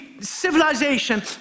civilization